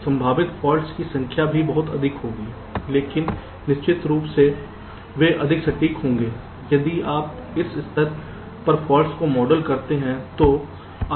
तो संभावित फाल्टसं की संख्या भी बहुत अधिक होगी लेकिन निश्चित रूप से वे अधिक सटीक होंगे यदि आप उस स्तर पर फाल्ट को मॉडल करते हैं तो